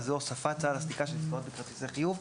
זו הוספת סל הסליקה של עסקאות בכרטיסי חיוב.